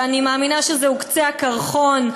ואני מאמינה שזהו קצה הקרחון,